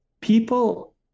people